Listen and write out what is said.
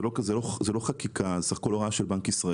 זאת לא חקיקה, בסך הכול זאת הוראה של בנק ישראל.